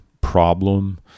problem